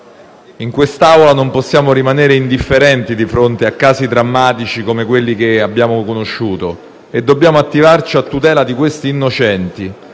In quest'Aula non possiamo rimanere indifferenti di fronte a casi drammatici come quelli che abbiamo conosciuto e dobbiamo attivarci a tutela di questi innocenti,